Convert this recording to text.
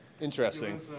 Interesting